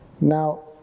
Now